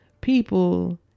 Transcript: people